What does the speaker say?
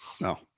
No